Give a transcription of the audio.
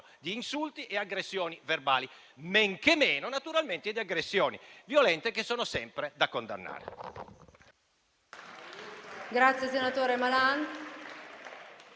di insulti e aggressioni verbali, men che meno di aggressioni violente, che sono sempre da condannare.